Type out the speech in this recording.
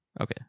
Okay